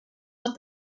but